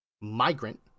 migrant